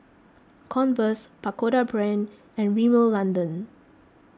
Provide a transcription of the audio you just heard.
Converse Pagoda Brand and Rimmel London